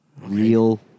Real